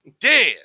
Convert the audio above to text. Dan